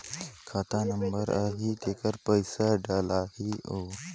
खाता नंबर आही तेकर पइसा डलहीओ?